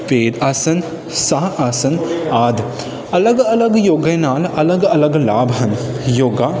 ਵੇਦ ਆਸਣ ਸਾਹ ਆਸਣ ਆਦਿ ਅਲੱਗ ਅਲੱਗ ਯੋਗੇ ਨਾਲ ਅਲੱਗ ਅਲੱਗ ਲਾਭ ਹਨ ਯੋਗਾ